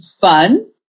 fun